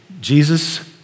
Jesus